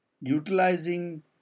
utilizing